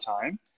time